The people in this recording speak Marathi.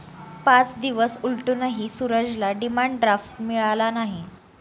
पाच दिवस उलटूनही सूरजला डिमांड ड्राफ्ट मिळाला नाही